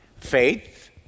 faith